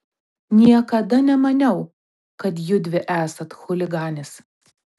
niekada nemaniau kad judvi esat chuliganės